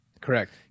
Correct